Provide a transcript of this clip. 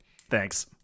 Thanks